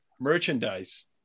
merchandise